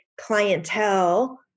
clientele